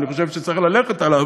ואני חושב שצריך ללכת עליו,